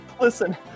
Listen